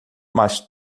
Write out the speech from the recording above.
mas